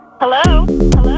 Hello